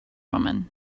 woman